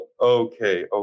okay